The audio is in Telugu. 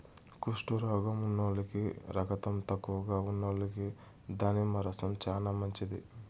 కుష్టు రోగం ఉన్నోల్లకి, రకతం తక్కువగా ఉన్నోల్లకి దానిమ్మ రసం చానా మంచిది